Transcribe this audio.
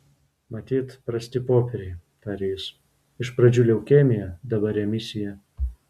matyt prasti popieriai tarė jis iš pradžių leukemija dabar remisija